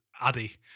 addy